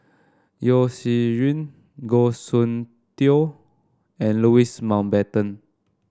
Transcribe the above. Yeo Shih Yun Goh Soon Tioe and Louis Mountbatten